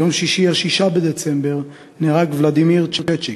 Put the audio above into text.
ביום שישי, 6 בדצמבר, נהרג ולדימיר צ'צ'יק,